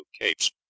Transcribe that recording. capes